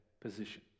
position